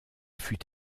fut